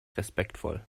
respektvoll